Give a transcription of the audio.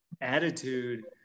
attitude